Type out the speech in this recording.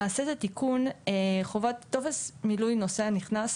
למעשה זה תיקון חובת מילוי טופס נוסע נכנס.